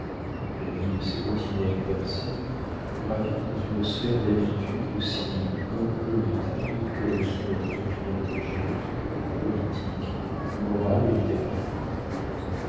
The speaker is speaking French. la vie de ces routinières personnes gravite dans une sphère d'habitudes aussi incommutables que le sont leurs opinions religieuses politiques morales et littéraires